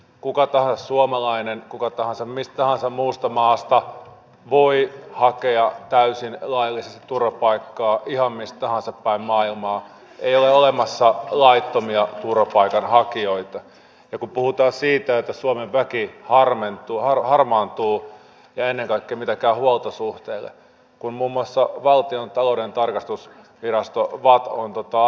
kuka tahansa suomalainen kuka tahansa mistä tahansa muusta maasta voi hakea täysin laillisesti turvapaikkaa ihan missä tahansa päin maailmaa ei ole olemassa laittomia turvapaikanhakijoita joku puuta siitä että suomen väki harvemmin tule varmaan tuli ennen sote ratkaisu tuo mukanaan muun muassa yhteiset valtakunnalliset ict palvelut